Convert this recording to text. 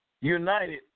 United